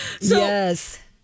Yes